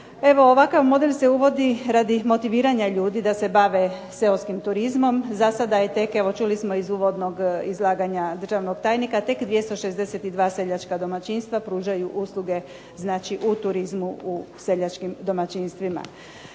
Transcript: ovakav model se uvodi radi motiviranja ljudi da se bave seoskim turizmom, za sada je tek evo čuli smo iz uvodnog izlaganja državnog tajnika tek 262 seljačka domaćinstva, pružaju usluge znači u turizmu u seljačkim domaćinstvima.